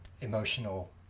emotional